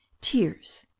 tears